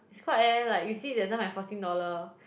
is quite leh like you see that time my fourteen dollar